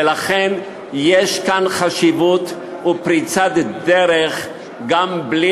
ולכן יש כאן חשיבות ופריצת דרך גם בלי